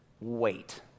wait